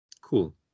Cool